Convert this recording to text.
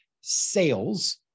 sales